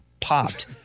popped